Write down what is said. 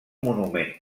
monument